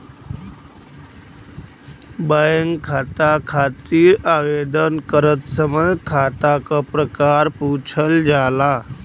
bank खाता खातिर आवेदन करत समय खाता क प्रकार पूछल जाला